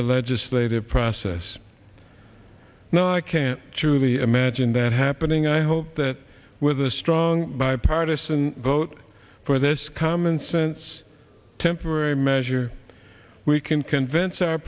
the legislative process now i can to the imagine that happening i hope that with a strong bipartisan vote for this commonsense temporary measure we can convince our